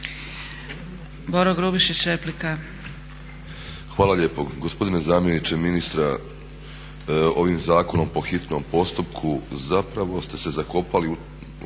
Boro (HDSSB)** Hvala lijepo. Gospodine zamjeniče ministra, ovim zakonom po hitnom postupku zapravo ste se zakopali u